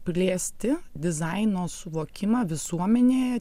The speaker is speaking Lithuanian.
plėsti dizaino suvokimą visuomenėje